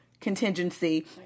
contingency